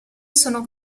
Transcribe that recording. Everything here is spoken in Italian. sono